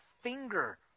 finger